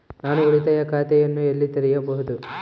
ನಾನು ಉಳಿತಾಯ ಖಾತೆಯನ್ನು ಎಲ್ಲಿ ತೆರೆಯಬಹುದು?